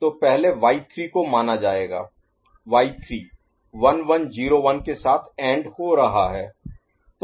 तो पहले y3 को माना जाएगा y3 1101 के साथ एंड हो रहा है